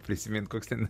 prisimint koks ten